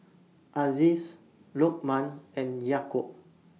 Aziz Lokman and Yaakob